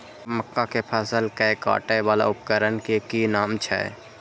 मक्का के फसल कै काटय वाला उपकरण के कि नाम छै?